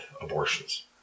abortions